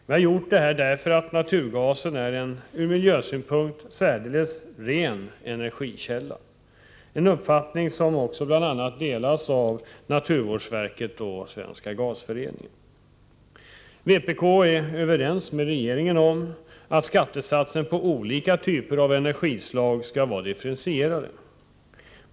Vi har gjort detta därför att naturgasen är en ur miljösynpunkt särdeles ren energikälla — en uppfattning som också delas av bl.a. naturvårdsverket och Svenska gasföreningen. Vpk är överens med regeringen om att skattesatserna på olika typer av energislag skall vara differentierade.